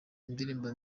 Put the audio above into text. indirimbo